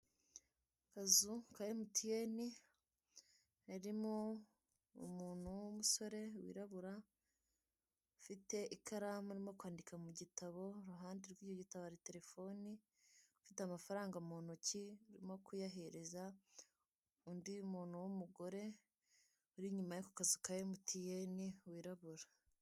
Akazu ka mtn, irimo umuntu w'umusore wirabura ufite ikaramu uri kwandika mu gitabo iruhande rw'icyo gitabo hari telefoni, afite amafaranga mu ntoki urimo kuyahereza undi muntu w'umugore uri inyuma y'ako kazu ka mtn wirabura.